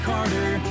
Carter